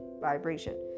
vibration